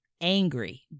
angry